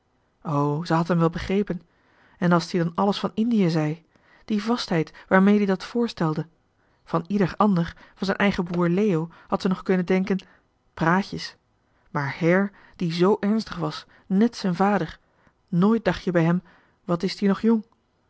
ze had em wel begrepen en als t ie dan alles van indië zei die vastheid waarmee d ie dat voorstelde van ieder ander van z'en eigen broer leo had ze nog kunnen denken praatjes maar her die z ernstig was nèt z'en vader nooit dach je bij hem wat is t ie nog jong